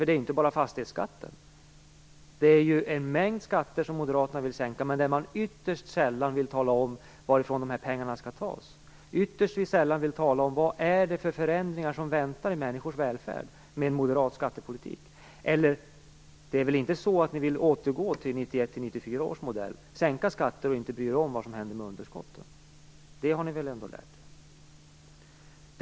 Det är ju inte bara fastighetsskatten utan också en mängd andra skatter som Moderaterna vill sänka. Men ytterst sällan vill man tala om varifrån de pengarna skall tas. Ytterst sällan vill man tala om vilka förändringar som väntar i fråga om människors välfärd med en moderat skattepolitik. Det är väl inte så att ni vill återgå till 1991 1994 års modell och sänka skatter och inte bry er om vad som händer med underskotten, för det har ni väl ändå lärt er av.